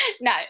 no